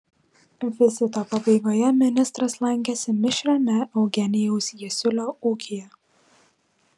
vizito pabaigoje ministras lankėsi mišriame eugenijaus jasiulio ūkyje